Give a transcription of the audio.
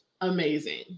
amazing